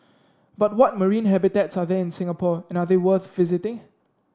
but what marine habitats are there in Singapore and are they worth visiting